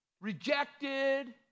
rejected